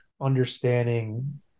understanding